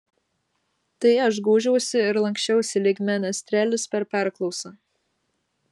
tai aš gūžiausi ir lanksčiausi lyg menestrelis per perklausą